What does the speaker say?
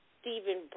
Stephen